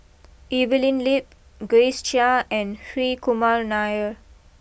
Evelyn Lip Grace Chia and Hri Kumar Nair